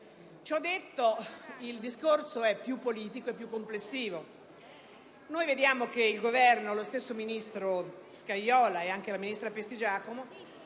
Ciò detto, il discorso è più politico e più complessivo. Vediamo che il Governo, lo stesso ministro Scajola e anche la ministra Prestigiacomo